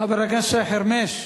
חבר הכנסת שי חרמש.